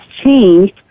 changed